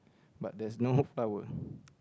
but there's no flower